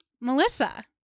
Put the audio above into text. Melissa